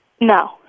No